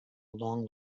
long